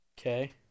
Okay